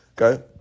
Okay